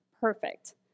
perfect